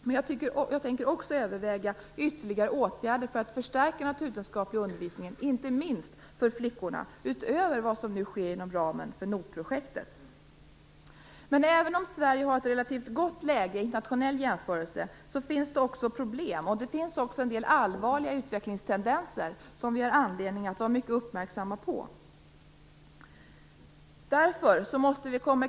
Men jag tänker också överväga ytterligare åtgärder för att förstärka den naturvetenskapliga undervisningen, inte minst för flickorna, utöver vad som nu sker inom ramen för NOT-projektet. Även om Sverige har ett relativt gott läge i internationell jämförelse finns det också problem och en del allvarliga utvecklingstendenser som vi har anledning att vara mycket uppmärksamma på.